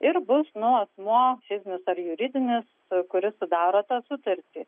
ir bus nu asmuo fizinis ar juridinis kuris sudaro tą sutartį